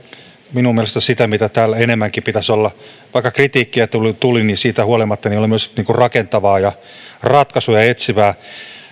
minun mielestäni sitä mitä täällä enemmänkin pitäisi olla vaikka kritiikkiä tuli tuli niin siitä huolimatta oli myös rakentavaa ja ratkaisuja etsivää